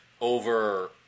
over